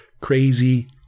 crazy